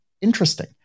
interesting